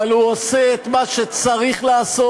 אבל הוא עושה את מה שצריך לעשות,